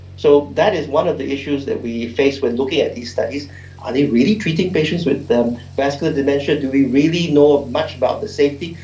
so that is one of the issues that we face when looking at these studies are they really treating patients with vascular dementia? do we really know much about the safety?